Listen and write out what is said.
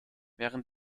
während